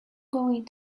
going